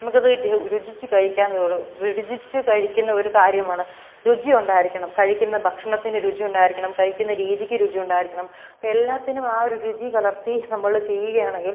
നമുക്കത് ഒരു രുചിച്ച് കഴിക്കാൻ തോന്നും രുചിച്ച് കഴിക്കുന്ന ഒരു കാര്യമാണ് രുചി ഉണ്ടായിരിക്കണം കഴിക്കുന്ന ഭക്ഷണത്തിന് രുചി ഉണ്ടായിരിക്കണം കഴിക്കുന്ന രീതിക്ക് രുചി ഉണ്ടായിരിക്കണം എല്ലാത്തിനും ആ ഒരു രുചി കലർത്തി നമ്മൾ ചെയ്യുകയാണെങ്കിൽ